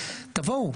תבואו.